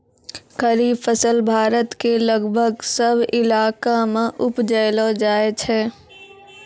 खरीफ फसल भारत के लगभग सब इलाका मॅ उपजैलो जाय छै